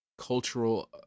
cultural